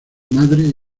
madre